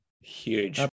huge